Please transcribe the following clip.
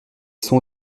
sons